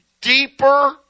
deeper